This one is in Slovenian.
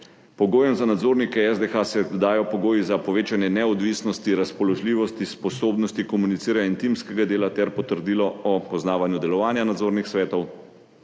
pogojem za nadzornike SDH se dajo pogoji za povečanje neodvisnosti, razpoložljivosti, sposobnosti komuniciranja in timskega dela ter potrdilo o poznavanju delovanja nadzornih svetov;